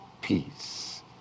peace